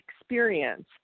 experience